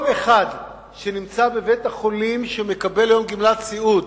כל אחד שנמצא בבית-החולים ומקבל גמלת סיעוד,